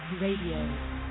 Radio